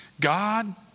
God